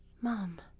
Mom